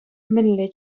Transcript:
мӗнле